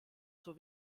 zur